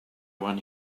one